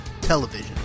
Television